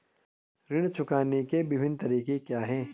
ऋण चुकाने के विभिन्न तरीके क्या हैं?